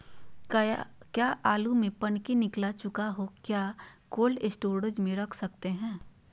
क्या आलु में पनकी निकला चुका हा क्या कोल्ड स्टोरेज में रख सकते हैं?